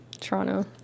Toronto